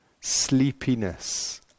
Sleepiness